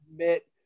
admit